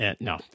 No